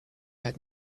had